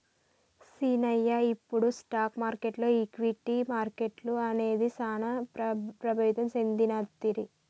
సీనయ్య ఇప్పుడు స్టాక్ మార్కెటులో ఈక్విటీ మార్కెట్లు అనేది సాన ప్రభావితం సెందినదిరా